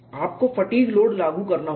आपको fatigue load लागू करना होगा